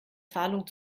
zahlung